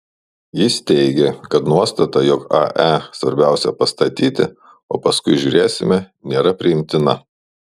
jis teigė kad nuostata jog ae svarbiausia pastatyti o paskui žiūrėsime nėra priimtina